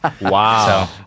Wow